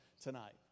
tonight